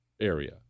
area